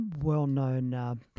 well-known